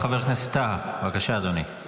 חבר הכנסת טאהא, בבקשה, אדוני.